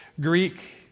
Greek